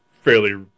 fairly